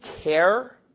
care